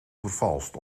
vervalst